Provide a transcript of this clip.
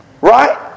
Right